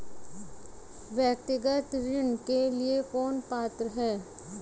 व्यक्तिगत ऋण के लिए कौन पात्र है?